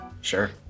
Sure